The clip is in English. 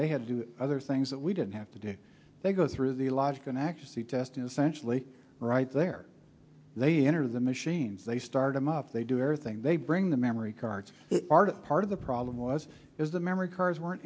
they had to do other things that we didn't have to do they go through the logic and accuracy testing essentially right there they enter the machines they start him off they do everything they bring the memory cards are that part of the problem was is the memory cards weren't